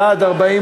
בעד,